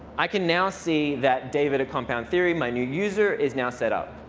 i can now see that david of compound theory, my new user, is now set up.